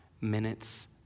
minutes